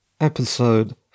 episode